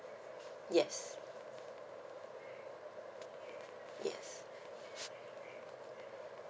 yes yes